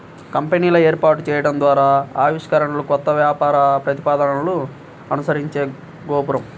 కంపెనీలను ఏర్పాటు చేయడం ద్వారా ఆవిష్కరణలు, కొత్త వ్యాపార ప్రతిపాదనలను అనుసరించే గోపురం